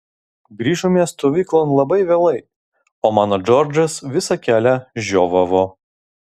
grįžome stovyklon labai vėlai o mano džordžas visą kelią žiovavo